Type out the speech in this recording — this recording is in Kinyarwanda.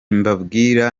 mbabwira